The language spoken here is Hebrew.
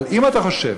אבל אם אתה חושב,